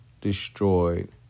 destroyed